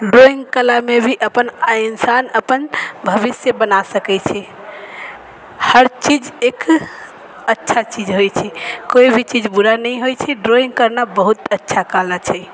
drawing कलामे भी अपन इंसान अपन भविष्य बना सकैत छै हर चीज एक अच्छा चीज होइत छै कोइ भी चीज बुरा नहि होइत छै ड्रॉइङ्ग करना बहुत अच्छा कला छै